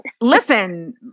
Listen